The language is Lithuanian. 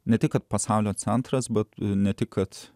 ne tik pasaulio centras bet ne tik kad